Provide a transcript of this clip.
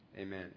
Amen